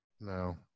No